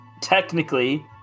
technically